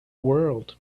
world